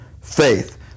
faith